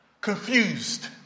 confused